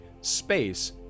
space